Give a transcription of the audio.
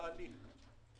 התשע"ט-2019 (תיקון),